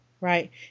Right